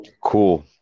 Cool